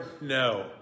no